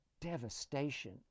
devastation